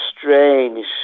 strange